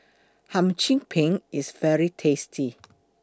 Hum Chim Peng IS very tasty